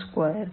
square के